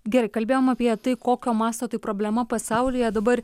gerai kalbėjom apie tai kokio masto tai problema pasaulyje dabar